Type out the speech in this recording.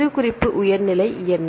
சிறுகுறிப்பு உயர் நிலை என்ன